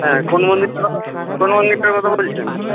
হ্যাঁ কোন মন্দিরটার কথা কোন মন্দিরটার কথা বলছেন